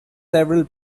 several